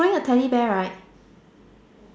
wanted a teddy bear right